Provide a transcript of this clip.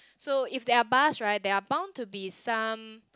so if there are bars right there are bound to be some